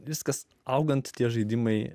viskas augant tie žaidimai